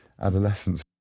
adolescence